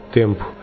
tempo